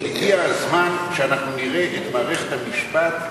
הגיע הזמן שאנחנו נראה את מערכת המשפט,